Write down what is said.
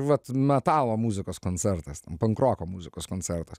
vat metalo muzikos koncertas pankroko muzikos koncertas